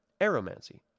Aromancy